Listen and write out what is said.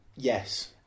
Yes